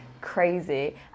crazy